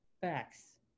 facts